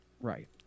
Right